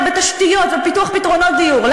בתשתיות ובפיתוח פתרונות דיור?